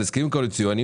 על ההסכמים הקואליציוניים,